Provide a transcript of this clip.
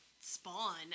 spawn